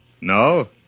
No